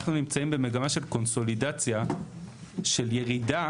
אנחנו נמצאים במגמה של קונסולידציה של ירידה